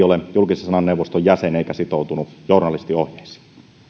ole julkisen sanan neuvoston jäsen eikä sitoutunut journalistin ohjeisiin